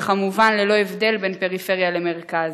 וכמובן ללא הבדל בין פריפריה למרכז.